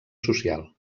social